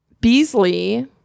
beasley